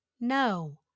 No